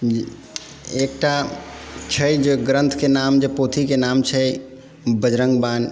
एकटा छै जे ग्रन्थके नाम जे पोथीके नाम छै बजरङ्ग बाण